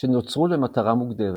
שנועדו למטרה מוגדרת.